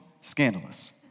scandalous